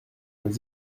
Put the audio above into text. vingt